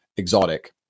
exotic